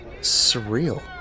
surreal